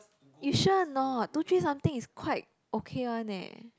you sure or not two three something is quite okay one eh